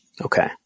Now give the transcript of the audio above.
Okay